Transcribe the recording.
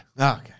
Okay